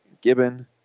Gibbon